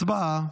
הצבעה.